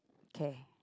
okay